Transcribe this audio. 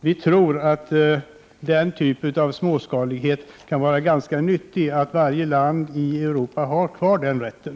Vi tror att sådan småskalighet kan vara ganska nyttig. Varje land i Europa bör således ha kvar den rätten.